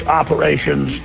operations